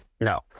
No